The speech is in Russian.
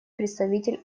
представитель